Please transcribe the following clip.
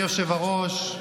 אדוני היושב-ראש,